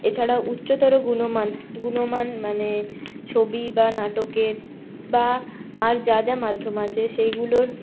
এছাড়াও উচ্চতর গুণমান গুণমান মানে ছবি বা নাটকের বা আর যা যা মাধ্যম আছে সেগুলোর